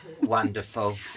Wonderful